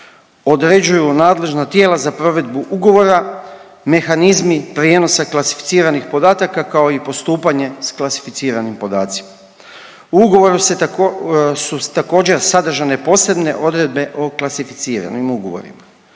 određuju nadležna tijela za provedbu ugovora, mehanizmi prijenosa klasificiranih podataka kao i postupanje s klasificiranim podacima. U ugovoru su također sadržane posebne odredbe o klasificiranim ugovorima.